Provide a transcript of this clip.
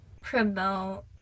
promote